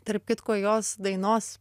tarp kitko jos dainos